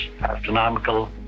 astronomical